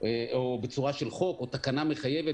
או בצורה של חוק או תקנה מחייבת,